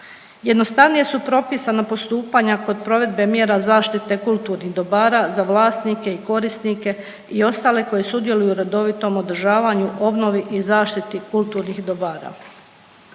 Jednostavnije su propisana postupanja kod provedbe mjera zaštite kulturnih dobara, za vlasnike i korisnike i ostale koji sudjeluju u redovitom održavanju, obnovi i zaštiti kulturnih dobara.